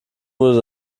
wurde